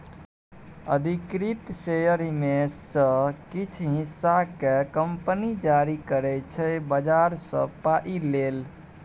अधिकृत शेयर मे सँ किछ हिस्सा केँ कंपनी जारी करै छै बजार सँ पाइ लेल